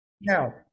now